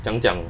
怎么样讲